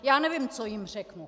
Já nevím, co jim řeknu.